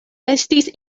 estis